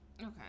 okay